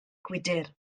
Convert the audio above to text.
gwydr